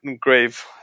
grave